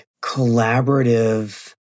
collaborative